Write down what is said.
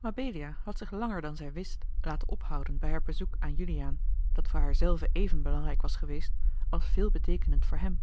mabelia had zich langer dan zij wist laten ophouden bij haar bezoek aan juliaan dat voor haar zelve even belangrijk was geweest als veelbeteekenend voor hem